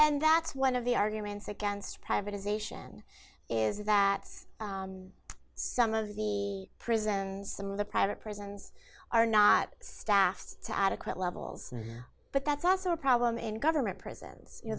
and that's one of the arguments against privatization is that some of the prisons some of the private prisons are not staffed to adequate levels but that's also a problem in government prisons you know